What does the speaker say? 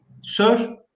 sir